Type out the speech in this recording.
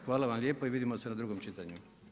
Hvala vam lijepa i vidimo se na drugom čitanju.